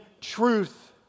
truth